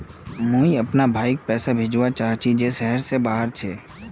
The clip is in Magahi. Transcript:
मुई अपना भाईक पैसा भेजवा चहची जहें शहर से बहार छे